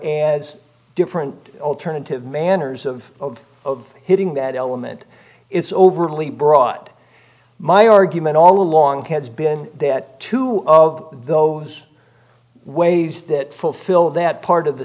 as different alternative manners of hitting that element is overly broad my argument all along has been that two of those ways that fulfill that part of the